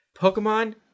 Pokemon